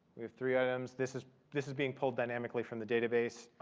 we have three items. this is this is being pulled dynamically from the database.